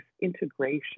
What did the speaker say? integration